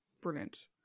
Brilliant